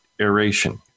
aeration